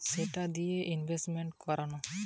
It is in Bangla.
ব্যাংকে টাকা জোমা রাখলে আর সেটা দিয়ে ইনভেস্ট কোরলে